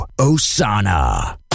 osana